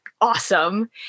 awesome